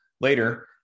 Later